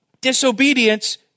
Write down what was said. disobedience